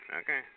okay